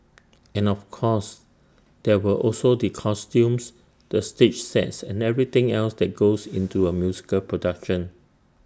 and of course there were also the costumes the stage sets and everything else that goes into A musical production